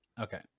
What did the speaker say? Okay